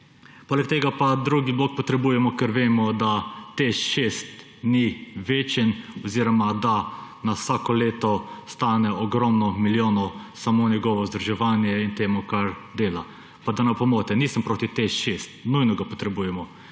Poleg tega pa drugi blok potrebujemo, ker vemo, da TEŠ ni večen oziroma da nas vsak leto stane ogromno milijonov samo njegovo vzdrževanje in kar dela. Pa da ne bo pomote, nisem proti TEŠ, nujno ga potrebujemo,